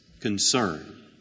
concern